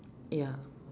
ya